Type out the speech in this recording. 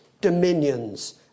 dominions